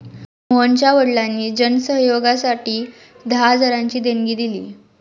मोहनच्या वडिलांनी जन सहयोगासाठी दहा हजारांची देणगी दिली